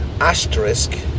Asterisk